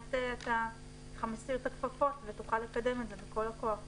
שבאמת אתה מסיר את הכפפות ותוכל לקדם את זה בכל הכוח.